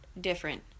different